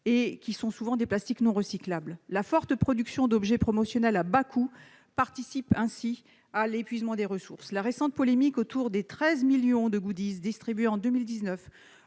et sont peu recyclés, voire pas du tout. La forte production d'objets promotionnels à bas coût participe ainsi à l'épuisement des ressources. La récente polémique autour des 13 millions de distribués en 2019